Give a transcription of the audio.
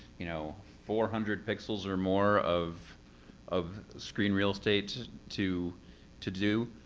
you know, four hundred pixels or more of of screen real estate to to do,